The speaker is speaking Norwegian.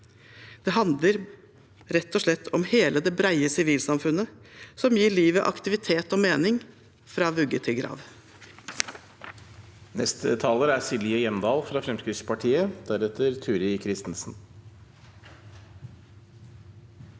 Det handler rett og slett om hele det brede sivilsamfunnet som gir livet aktivitet og mening, fra vugge til grav.